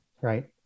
right